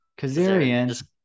Kazarian